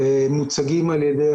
והם מוצגים על ידי